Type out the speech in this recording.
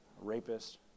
rapist